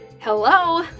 Hello